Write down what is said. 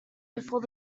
before